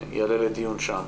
לדיון שם.